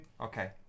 Okay